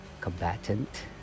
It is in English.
combatant